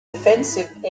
defensive